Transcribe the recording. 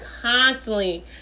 constantly